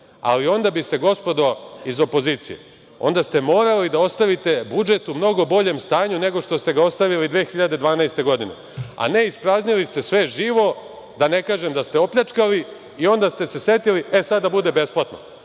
ali onda biste gospodo iz opozicije, onda ste morali da ostavite budžet u mnogo boljem stanju nego što ste ga ostavili 2012. godine, a ne ispraznili ste sve živo, da ne kažem da ste opljačkali i onda ste se setili – e, sada da bude besplatno.